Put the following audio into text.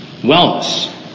Wellness